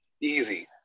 Easy